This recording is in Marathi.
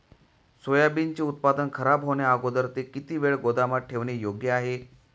सोयाबीनचे उत्पादन खराब होण्याअगोदर ते किती वेळ गोदामात ठेवणे योग्य आहे?